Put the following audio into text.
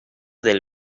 del